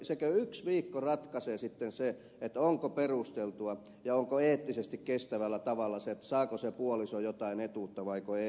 sekö yksi viikko ratkaisee sitten sen onko perusteltua ja onko eettisesti kestävällä tavalla se saako se puoliso jotain etuutta vaiko ei